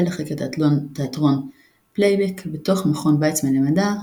לחקר תיאטרון פלייבק בתוך מכון ויצמן למדע,